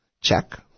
Check